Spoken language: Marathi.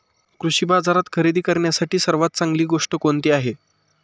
कृषी बाजारात खरेदी करण्यासाठी सर्वात चांगली गोष्ट कोणती आहे?